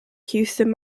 houston